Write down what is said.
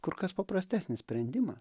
kur kas paprastesnis sprendimas